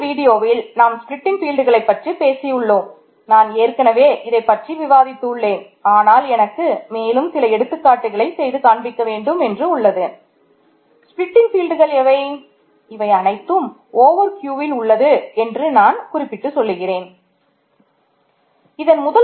அந்த வீடியோவில் 2